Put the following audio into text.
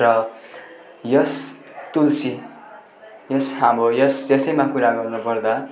र यस तुलसी यस अब यस यसैमा कुरा गर्नु पर्दा